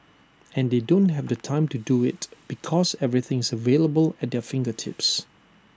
and they don't have the time to do IT because everything is available at their fingertips